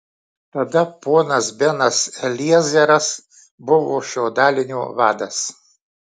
tada ponas benas eliezeras buvo šio dalinio vadas